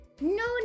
No